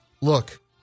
look